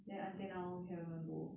then until now we haven't even go